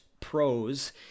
pros